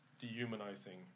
dehumanizing